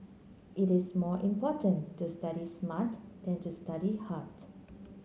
it is more important to study smart than to study hard